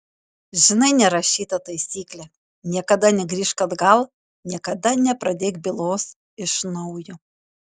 žinai nerašytą taisyklę niekada negrįžk atgal niekada nepradėk bylos iš naujo